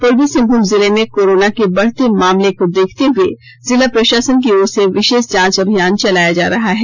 पूर्वी सिंहभूम जिले में कोरोना के बढ़ते मामले को देखते हुए जिला प्रशासन की ओर से विशेष जांच अभियान चलाया जा रहा है